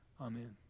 Amen